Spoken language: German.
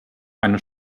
eine